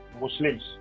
Muslims